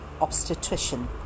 obstetrician